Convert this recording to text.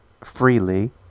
freely